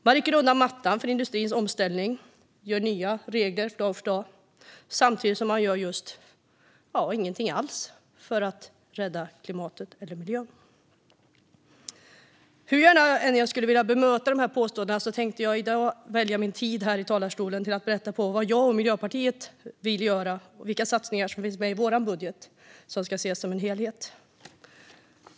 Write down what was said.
De rycker undan mattan för industrins omställning och inför nya regler dag för dag samtidigt som de gör just ingenting alls för att rädda klimatet och miljön. Hur gärna jag än skulle vilja bemöta dessa påståenden tänkte jag i dag använda min tid här i talarstolen för att berätta vad jag och Miljöpartiet vill göra och vilka satsningar som finns med i vår budget, som ska ses som en helhet.